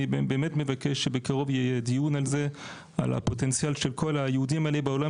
אני באמת מבקש שבקרוב יהיה דיון על הפוטנציאל של כל היהודים בעולם